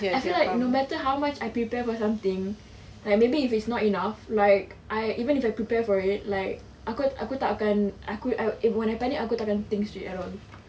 I feel like no matter how much I prepare for something like maybe if it's not enough like I even if I prepare for it like aku aku tak akan when I panic aku tak kan think straight at all